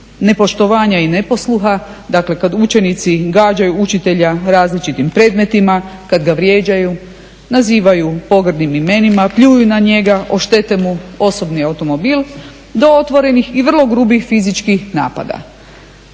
nepoštovanja i neposluha, dakle kada učenici gađaju učitelja različitim predmetima, kada ga vrijeđaju, nazivaju pogrdnim imenima, pljuju na njega, oštete mu osobni automobil do otvorenih i vrlo grubih fizičkih napada,